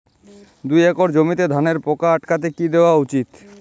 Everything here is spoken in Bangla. দুই একর জমিতে ধানের পোকা আটকাতে কি দেওয়া উচিৎ?